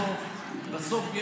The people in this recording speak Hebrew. בסוף,